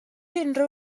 unrhyw